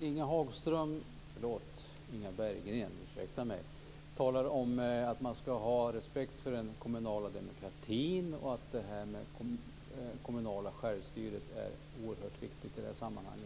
Fru talman! Inga Berggren talar om att man skall ha respekt för den kommunala demokratin och att den kommunala självstyrelsen är oerhört viktig i detta sammanhang.